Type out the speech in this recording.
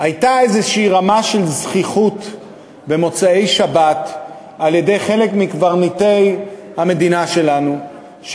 הייתה איזו רמה של זחיחות במוצאי-שבת אצל חלק מקברניטי המדינה שלנו,